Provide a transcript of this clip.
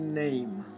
name